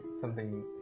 Something-